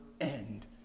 end